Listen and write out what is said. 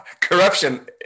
corruption